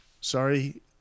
Sorry